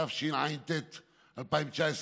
התשע"ט 2019,